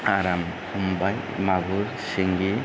आराम हमबाय मागुर सिंगि